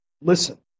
listen